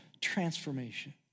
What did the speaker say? transformation